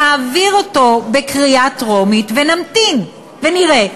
נעביר אותו בקריאה טרומית ונמתין ונראה.